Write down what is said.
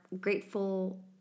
grateful